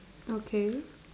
okay